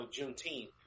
Juneteenth